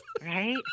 right